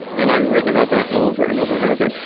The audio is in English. and i've written about that over, and over, and over again.